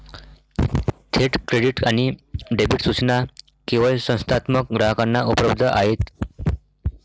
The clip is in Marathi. थेट क्रेडिट आणि डेबिट सूचना केवळ संस्थात्मक ग्राहकांना उपलब्ध आहेत